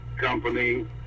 company